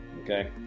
Okay